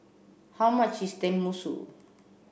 how much is Tenmusu